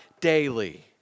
daily